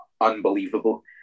unbelievable